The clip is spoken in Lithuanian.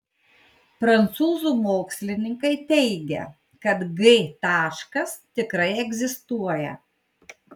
prancūzų mokslininkai teigia kad g taškas tikrai egzistuoja